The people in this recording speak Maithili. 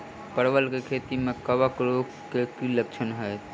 परवल केँ खेती मे कवक रोग केँ की लक्षण हाय?